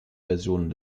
versionen